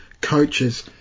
coaches